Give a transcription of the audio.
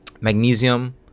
magnesium